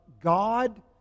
God